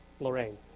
Lorraine